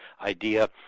idea